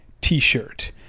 t-shirt